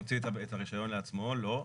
מוציא את הרישיון לעצמו לא.